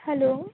hello